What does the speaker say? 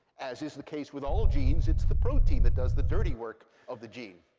as is the case with all genes, it's the protein that does the dirty work of the gene.